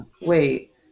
Wait